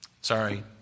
Sorry